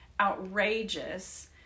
outrageous